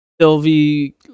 Sylvie